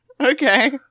Okay